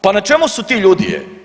Pa na čemu su ti ljudi?